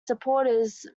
supporters